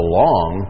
long